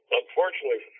unfortunately